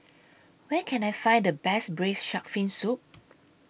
Where Can I Find The Best Braised Shark Fin Soup